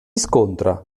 scontra